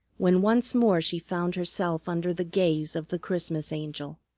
when once more she found herself under the gaze of the christmas angel.